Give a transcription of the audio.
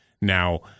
Now